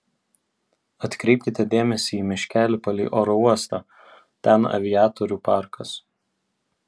atkreipkite dėmesį į miškelį palei oro uostą ten aviatorių parkas